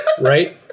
Right